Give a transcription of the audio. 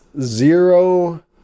zero